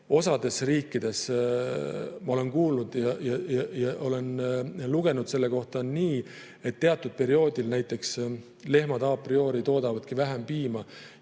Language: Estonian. osas riikides – ma olen kuulnud ja lugenud selle kohta – on nii, et teatud perioodil näiteks lehmada prioritoodavadki vähem piima